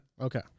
Okay